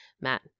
Matt